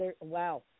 wow